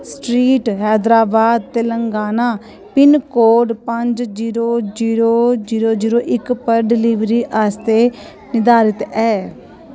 street Hyderabad Telangana pincode पंज zero zero zero zero इक पर डलीवरी आस्तै निर्धारत ऐ